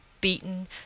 beaten